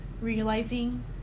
realizing